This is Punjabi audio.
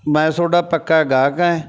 ਮੈਂ ਤੁਹਾਡਾ ਪੱਕਾ ਗਾਹਕ ਐ